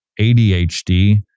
ADHD